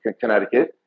Connecticut